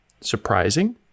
surprising